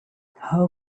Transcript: how